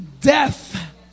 death